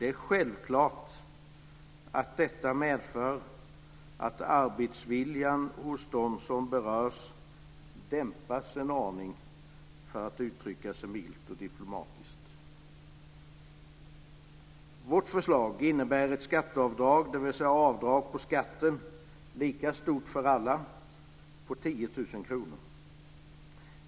Det är självklart att detta medför att arbetsviljan hos dem som berörs dämpas en aning - för att uttrycka sig milt och diplomatiskt. Vårt förslag innebär ett skatteavdrag - lika stort för alla - på 10 000 kr.